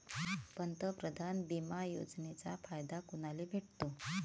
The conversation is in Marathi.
पंतप्रधान बिमा योजनेचा फायदा कुनाले भेटतो?